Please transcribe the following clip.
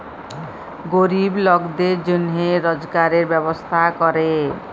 গরিব লকদের জনহে রজগারের ব্যবস্থা ক্যরে